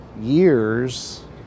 years